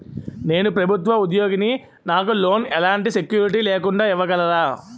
నేను ప్రభుత్వ ఉద్యోగిని, నాకు లోన్ ఎలాంటి సెక్యూరిటీ లేకుండా ఇవ్వగలరా?